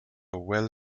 well